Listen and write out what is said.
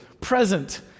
present